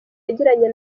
yagiranye